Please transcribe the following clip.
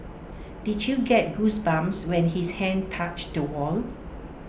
did you get goosebumps when his hand touched the wall